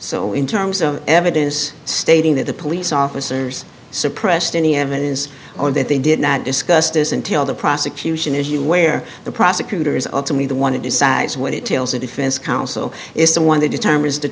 so in terms of evidence stating that the police officers suppressed any evidence on that they did not discuss this until the prosecution is where the prosecutors ultimately the one who decides when it tells the defense counsel is the one that determines the